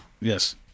Yes